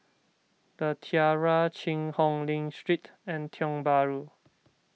the Tiara Cheang Hong Lim Street and Tiong Bahru